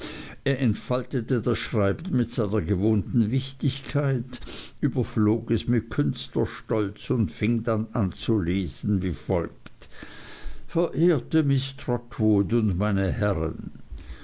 entfaltete das schreiben mit seiner gewohnten wichtigkeit überflog es mit künstlerstolz und fing dann an zu lesen wie folgt verehrte miß trotwood und meine herren